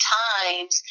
times